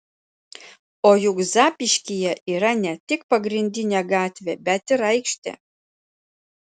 o juk zapyškyje yra ne tik pagrindinė gatvė bet ir aikštė